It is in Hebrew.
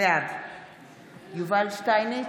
בעד יובל שטייניץ,